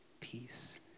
peace